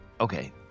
Okay